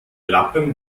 lappen